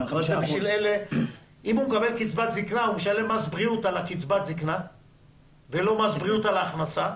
משלם מס בריאות על קצבת הזקנה ולא על מס בריאות על ההכנסה,